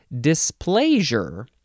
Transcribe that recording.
displeasure